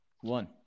one